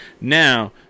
Now